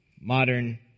modern